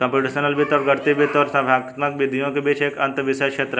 computational वित्त गणितीय वित्त और संख्यात्मक विधियों के बीच एक अंतःविषय क्षेत्र है